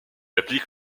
applique